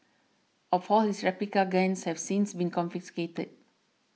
all for his replica guns have since been confiscated